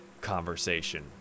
conversation